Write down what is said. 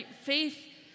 faith